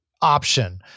option